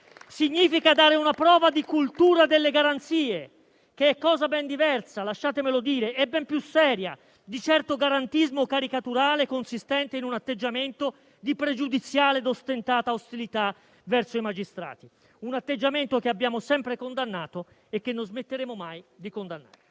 Significa dare una prova di cultura delle garanzie, che è cosa ben diversa - lasciatemelo dire - e ben più seria di certo garantismo caricaturale consistente in un atteggiamento di pregiudiziale e ostentata ostilità verso i magistrati. Un atteggiamento che abbiamo sempre condannato e che non smetteremo mai di condannare.